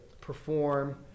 perform